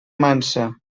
mansa